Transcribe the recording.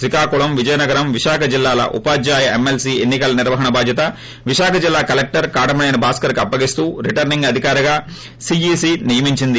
శ్రీకాకుళం విజయనగరం విశాఖ జిల్లాల ఉపాధ్యాయ ఎమ్మెల్సీ ఎన్నికల నిర్వహణ బాధ్యత విశాఖ జిల్లా కలెక్లర్ కాటమనేని భాస్కర్కి అప్పగిస్తూ రిటర్సింగ్ అధికారిగా సీఈస్ నియమించింది